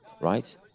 right